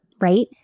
right